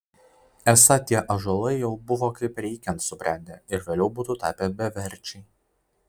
esą tie ąžuolai jau buvo kaip reikiant subrendę ir vėliau būtų tapę beverčiai